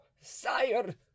sire